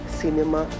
cinema